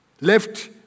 left